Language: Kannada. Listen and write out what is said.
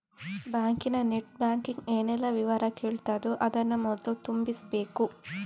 ಬ್ಯಾಂಕಿನ ನೆಟ್ ಬ್ಯಾಂಕಿಂಗ್ ಏನೆಲ್ಲ ವಿವರ ಕೇಳ್ತದೋ ಅದನ್ನ ಮೊದ್ಲು ತುಂಬಿಸ್ಬೇಕು